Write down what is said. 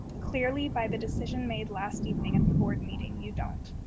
clearly, by the decision made last evening at the board meeting you don't,